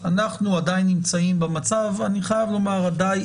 אנחנו נמצאים במצב ואני חייב להגיד.